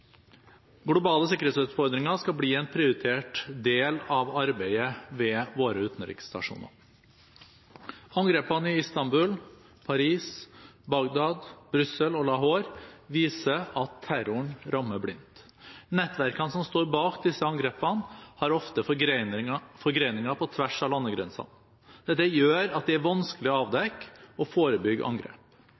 globale sikkerhetsutfordringer skal bli en prioritert del av arbeidet ved våre utenriksstasjoner. Angrepene i Istanbul, Paris, Bagdad, Brussel og Lahore viser at terroren rammer blindt. Nettverkene som står bak disse angrepene, har ofte forgreninger på tvers av landegrenser. Dette gjør at det er vanskelig å avdekke og forebygge angrep.